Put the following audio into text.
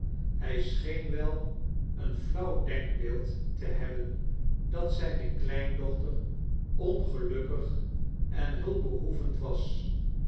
hij scheen wel een flauw denkbeeld te hebben dat zijne kleindochter ongelukkig en hulpbehoevend was